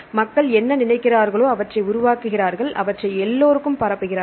மக்கள் என்ன நினைக்கிறார்களோ அவற்றை உருவாக்குகிறார்கள் அவற்றை எல்லோருக்கும் பரப்புகிறார்கள்